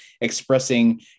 expressing